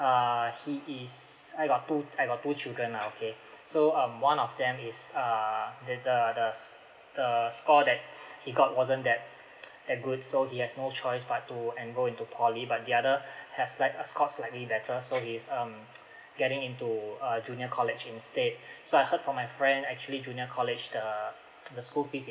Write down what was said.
err he is I got two I got two children lah okay so um one of them is err that the the uh score that he got wasn't that that good so he has no choice but to enrol into poly but the other has like uh scored slightly better so he's um getting into a junior college instead so I heard from my friend actually junior college the the school fees is